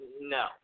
no